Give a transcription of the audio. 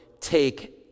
take